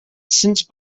since